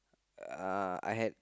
uh I had